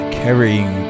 carrying